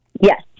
Yes